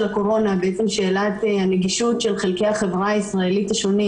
הקורונה וזאת שאלת הנגישות של חלקי החברה הישראלית השונים